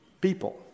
People